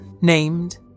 named